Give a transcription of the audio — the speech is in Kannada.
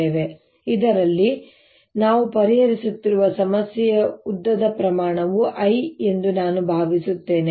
ಈಗ ಇದರಲ್ಲಿ ನಾವು ಪರಿಹರಿಸುತ್ತಿರುವ ಸಮಸ್ಯೆಯ ಉದ್ದದ ಪ್ರಮಾಣವು l ಎಂದು ನಾನು ಭಾವಿಸುತ್ತೇನೆ